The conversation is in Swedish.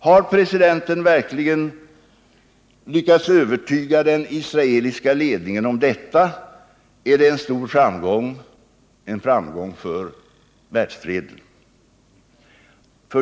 Har presidenten verkligen lyckats övertyga den israeliska ledningen om detta är det en stor framgång, en framgång för världsfreden.